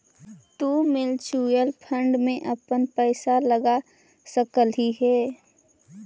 तु mutual fund में अपन पईसा लगा सकलहीं हे